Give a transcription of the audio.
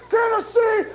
Tennessee